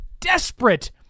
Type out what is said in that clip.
desperate